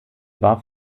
war